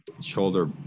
shoulder